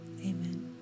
amen